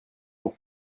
pour